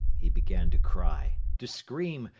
he began to cry, to scream,